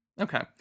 okay